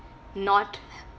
not